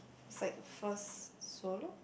it's like a first solo